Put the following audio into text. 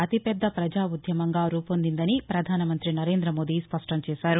అతి పెద్ద వజా ఉద్యమంగా రూపొందిందని వధానమంత్రి నరేందమోదీ న్పష్టంచేశారు